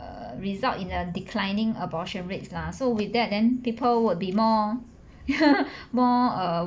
err result in a declining abortion rates lah so with that then people would be more more uh